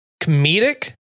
comedic